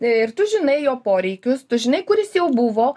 ir tu žinai jo poreikius tu žinai kur jis jau buvo